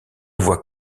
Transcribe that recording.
voit